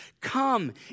Come